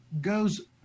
goes